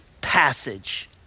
passage